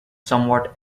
somewhat